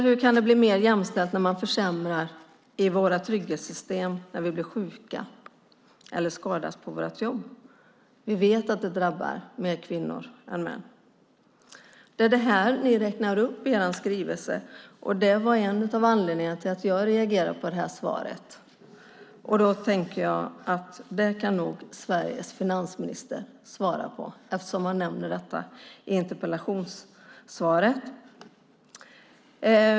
Hur kan det bli mer jämställt när man försämrar i våra trygghetssystem som finns när vi blir sjuka eller skadas på våra jobb? Vi vet att det drabbar fler kvinnor än män. Det är det här som ni räknar upp i er skrivelse, och det var en av anledningarna till att jag reagerade på svaret. Jag tänker att det kan nog Sveriges finansminister svara på eftersom han nämner detta i interpellationssvaret.